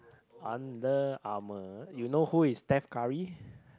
Under-Armour you know who is Stef-Curry